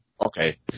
okay